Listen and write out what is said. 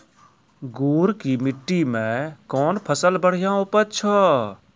गुड़ की मिट्टी मैं कौन फसल बढ़िया उपज छ?